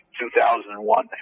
2001